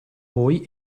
voi